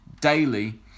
daily